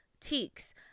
teaks